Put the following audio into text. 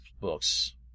books